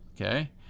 okay